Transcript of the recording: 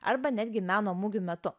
arba netgi meno mugių metu